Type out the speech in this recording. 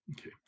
Okay